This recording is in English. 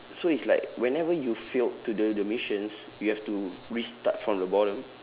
so it's like whenever you failed to do the missions you have to restart from the bottom